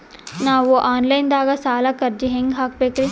ನಾವು online ದಾಗ ಸಾಲಕ್ಕ ಅರ್ಜಿ ಹೆಂಗ ಹಾಕಬೇಕ್ರಿ?